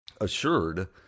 assured